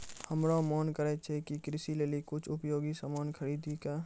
हमरो मोन करै छै कि कृषि लेली कुछ उपयोगी सामान खरीदै कै